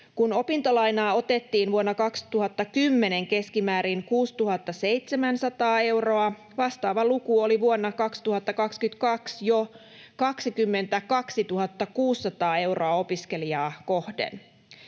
Kun opintolainaa otettiin vuonna 2010 keskimäärin 6 700 euroa, vastaava luku oli vuonna 2022 jo 22 600 euroa opiskelijaa kohden.